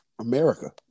America